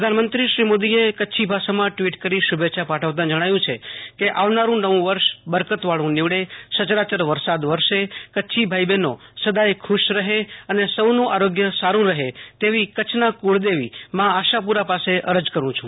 પ્રધાનમંત્રી શ્રી મોદીએ કચ્છીભાષામાં ટ્વીટ કરી શુભેચ્છા પાઠવતા જણાવ્યું છે કે આવનારું નવું વર્ષ બરકતવાળું નીવડે સચરાચર વરસાદ વરસે કચ્છી ભાઈ બહેનો સદાય ખુશ રહે અને સૌનું આરોગ્ય સારું રહે તેવી કચ્છના કુળદેવી મા આશાપુરા પાસે અરજ કરું છું